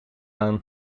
aan